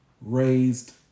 raised